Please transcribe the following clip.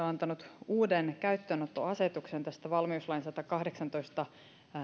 antanut uuden käyttöönottoasetuksen tästä valmiuslain sadannestakahdeksannestatoista